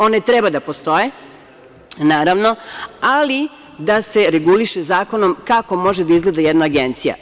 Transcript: One treba da postoje, naravno, ali da se reguliše zakonom kako može da izgleda jedna agencija.